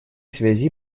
связи